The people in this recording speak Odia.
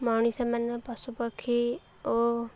ମଣିଷମାନେ ପଶୁପକ୍ଷୀ ଓ